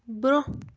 برٛونٛہہ